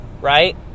right